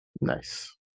Nice